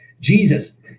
Jesus